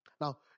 Now